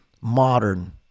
modern